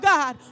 God